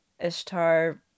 Ishtar